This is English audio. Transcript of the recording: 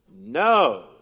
No